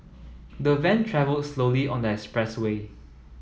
the van travel slowly on that expressway